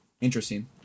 interesting